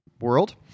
world